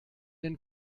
den